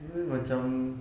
macam